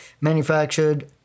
manufactured